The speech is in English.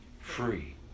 free